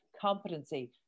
competency